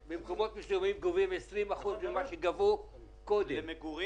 70%. במקומות מסוימים גובים 20% ממה שגבו קודם בארנונה למגורים.